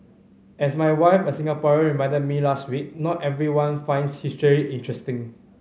as my wife a Singaporean reminded me last week not everyone finds history interesting